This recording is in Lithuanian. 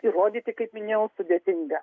įrodyti kaip minėjau sudėtinga